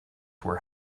were